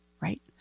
right